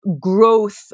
growth